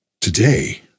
today